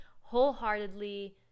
wholeheartedly